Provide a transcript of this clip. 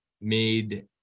made